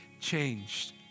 changed